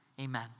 Amen